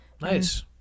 Nice